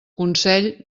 consell